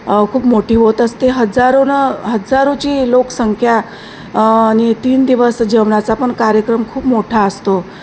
खूप मोठी होत असते हजारोनं हजारोची लोकसंख्या निन तीन दिवस जेवणाचा पण कार्यक्रम खूप मोठा असतो